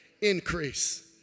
increase